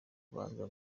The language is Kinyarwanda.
kubanza